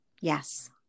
Yes